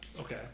Okay